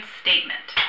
statement